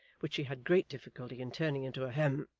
which she had great difficulty in turning into a hem!